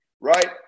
Right